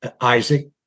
Isaac